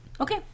Okay